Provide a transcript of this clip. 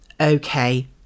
okay